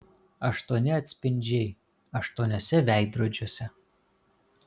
aštuoni atspindžiai aštuoniuose veidrodžiuose